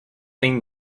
been